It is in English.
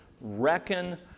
reckon